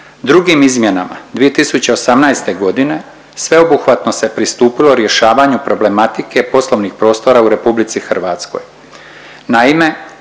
Drugim izmjenama 2018. godine sveobuhvatno se pristupilo rješavanju problematike poslovnih prostora u RH. Naime, u tom